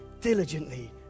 diligently